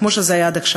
כמו שזה היה עד עכשיו.